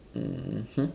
mmhmm